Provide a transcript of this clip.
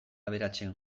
aberatsen